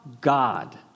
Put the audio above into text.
God